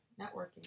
networking